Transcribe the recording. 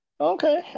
Okay